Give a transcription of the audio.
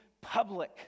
public